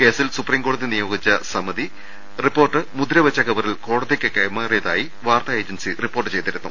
കേസിൽ സുപ്രീംകോടതി നിയോഗിച്ച മധ്യസ്ഥ സമിതി റിപ്പോർട്ട് മുദ്രവെച്ച കവറിൽ കോടതിക്ക് കൈമാറിയതായി വാർത്താ ഏജൻസി റിപ്പോർട്ട് ചെയ്തിരുന്നു